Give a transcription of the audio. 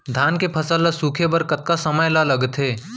धान के फसल ल सूखे बर कतका समय ल लगथे?